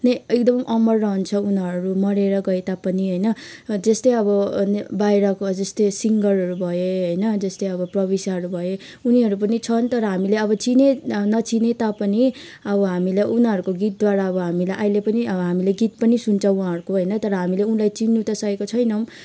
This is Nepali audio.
नै एकदम अमर रहन्छ उनीहरू मरेर गए तापनि होइन त्यस्तै अब बाहिरको जस्तै सिङ्गरहरू भए होइन जस्तै अब प्रविशाहरू भए उनीहरू पनि छन् तर हामीले अब चिने नचिने तापनि अब हामीले उनीहरूको गीतद्वारा अब हामीले अहिले पनि अब हामीले गीत पनि सुन्छौं उहाँहरूको होइन तर हामीले उनलाई चिन्नु त सकेको छैनौँ